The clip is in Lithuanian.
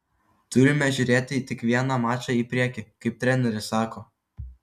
turime žiūrėti tik vieną mačą į priekį kaip treneris sako